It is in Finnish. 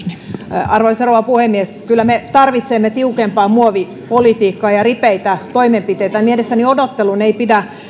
arvoisa rouva puhemies kyllä me tarvitsemme tiukempaa muovipolitiikkaa ja ripeitä toimenpiteitä mielestäni odottelun ei pidä